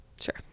Sure